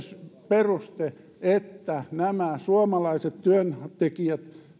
peruste että nämä suomalaiset työntekijät